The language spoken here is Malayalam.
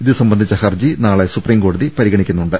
ഇതു സംബന്ധിച്ച ഹർജി നാളെ സുപ്രീം കോടതി പരിഗണിക്കുന്നുണ്ട്